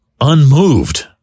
unmoved